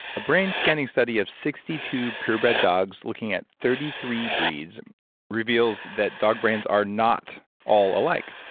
brain scanning study of sixty two pure bred dogs looking at thirty three breeds reveals that dog brains are not all alike.